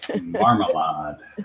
Marmalade